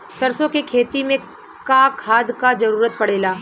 सरसो के खेती में का खाद क जरूरत पड़ेला?